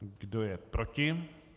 Kdo je proti?